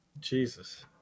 Jesus